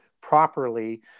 properly